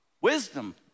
wisdom